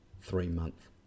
three-month